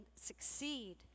succeed